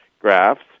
graphs